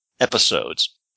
episodes